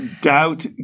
doubt